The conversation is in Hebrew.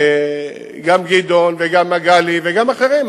גם גדעון וגם מגלי וגם אחרים,